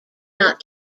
not